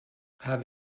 have